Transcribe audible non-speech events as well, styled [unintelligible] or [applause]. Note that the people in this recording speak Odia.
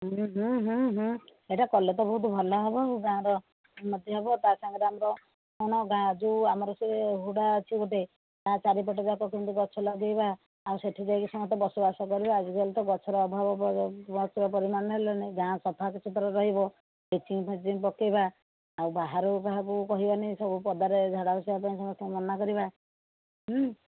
ସେହିଟା କଲେ ତ ବହୁତ ଭଲ ହେବ ଗାଁ ର ଉନ୍ନତି ହେବ ତା ସାଙ୍ଗେରେ ଆମର ଗାଁ ଯେଉଁ ଆମର ସେ ହୁଡ଼ା ଅଛି ଗୋଟେ ତା ଚାରିପଟ ଯାକ କେମିତି ଗଛ ଲଗାଇବା ଆଉ ସେହିଠି ଯାଇକି ସମସ୍ତେ ବସବାସ କରିବା ଆଜିକାଲି ତ ଗଛ ର ଅଭାବ [unintelligible] ନେଲେଣି ଗାଁ ସଫା ସୁତୁରା ରହିବ ବ୍ଲିଚିଙ୍ଗ ଫ୍ଲିଚିଙ୍ଗ ପକାଇବା ଆଉ ବାହାରେ କାହାକୁ କହିବାନି ସବୁ ପଦାରେ ଝାଡ଼ା ବସିବା ପାଇଁ ସମସ୍ତଙ୍କୁ ମନା କରିବା